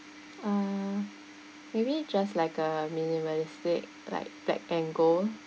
uh maybe just like a minimalistic like black and gold